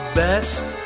best